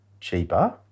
cheaper